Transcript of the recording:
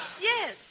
Yes